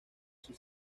sus